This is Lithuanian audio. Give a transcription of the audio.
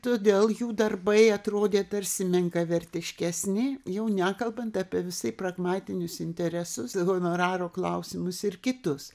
todėl jų darbai atrodė tarsi menkavertiškesni jau nekalbant apie visai pragmatinius interesus honoraro klausimus ir kitus